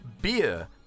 Beer